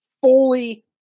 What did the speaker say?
fully